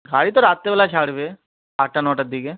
ঘাড়ি তো রাতের বেলা ছাড়বে আটটা নটার দিগে